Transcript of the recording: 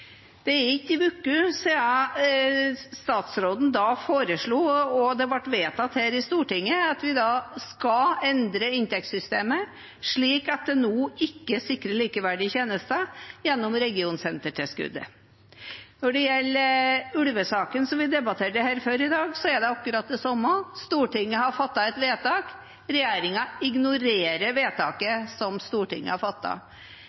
Det er ikke en uke siden statsråden foreslo, og det ble vedtatt her i Stortinget, at vi skal endre inntektssystemet slik at det nå ikke sikrer likeverdige tjenester gjennom regionsentertilskuddet. Når det gjelder ulvesaken som vi debatterte her før i dag, er det akkurat det samme. Stortinget har fattet et vedtak, og regjeringen ignorerer vedtaket som Stortinget har